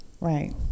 Right